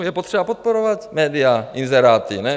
Je potřeba podporovat média, inzeráty, ne?